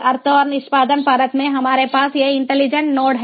अर्थ और निष्पादन परत में हमारे पास ये इंटेलिजेंट नोड हैं